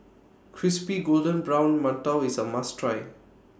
Crispy Golden Brown mantou IS A must Try